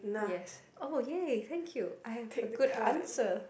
yes oh ya thank you I have a good answer